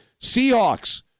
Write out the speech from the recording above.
Seahawks